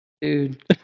Dude